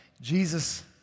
Jesus